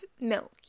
milk